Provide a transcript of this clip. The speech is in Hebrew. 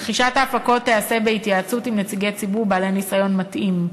רכישת ההפקות תיעשה בהתייעצות עם נציגי ציבור בעלי ניסיון מתאים,